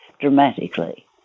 dramatically